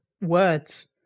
words